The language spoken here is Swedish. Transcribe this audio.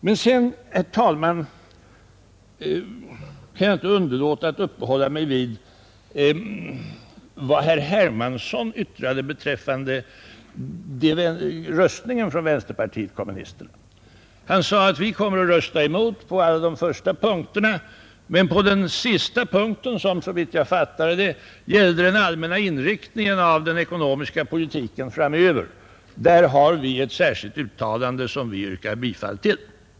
Men sedan, herr talman, kan jag inte underlåta att uppehålla mig vid vad herr Hermansson i Stockholm yttrade beträffande vänsterpartiet kommunisternas röstning. Han sade att man kommer att rösta med utskottet och mot reservationen på de första punkterna, men på den sista punkten — som såvitt jag fattade det gällde den allmänna inriktningen av den ekonomiska politiken framöver — har man ett särskilt uttalande som man yrkar bifall till.